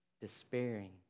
despairing